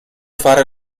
fare